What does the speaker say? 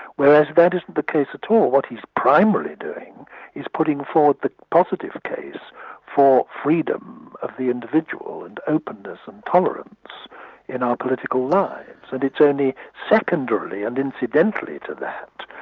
whereas that isn't the case at all. what he's primarily doing is putting forward the positive case for freedom of the individual and openness and tolerance in our political lives, and it's only secondary and incidentally to that,